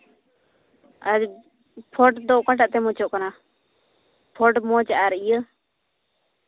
ᱟᱨ ᱯᱷᱚᱴ ᱫᱚ ᱚᱠᱟᱴᱟᱜ ᱛᱮ ᱢᱚᱡᱚᱜ ᱠᱟᱱᱟ ᱯᱷᱚᱴ ᱢᱚᱡᱽ ᱟᱨ ᱤᱭᱟᱹ